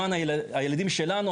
למען הילדים שלנו,